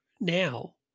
now